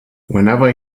whenever